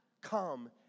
Come